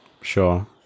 Sure